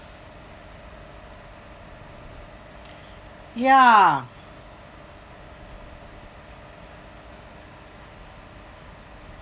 ya